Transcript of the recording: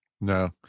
No